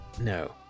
no